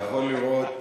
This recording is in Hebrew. אתה יכול לראות,